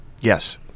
Yes